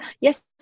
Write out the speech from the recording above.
Yes